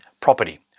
property